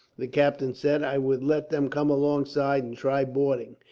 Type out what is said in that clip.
the captain said, i would let them come alongside and try boarding.